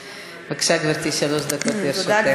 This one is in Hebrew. בבקשה, גברתי, שלוש דקות לרשותך.